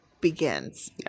begins